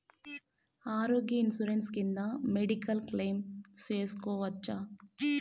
ఆరోగ్య ఇన్సూరెన్సు కింద medical claim సేసుకోవచ్చా?